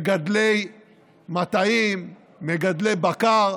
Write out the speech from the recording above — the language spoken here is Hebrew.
מגדלי מטעים, מגדלי בקר.